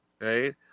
Right